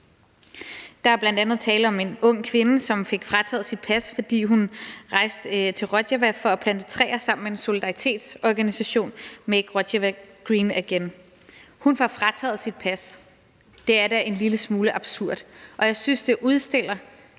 Der er bl.a. tale om en ung kvinde, som fik frataget sit pas, fordi hun rejse til Rojava for at plante træer sammen med solidaritetsorganisationen »Make Rojava Green Again«. Hun fik frataget sit pas, og det er da en lille smule absurd, og jeg synes, det udstiller